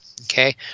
Okay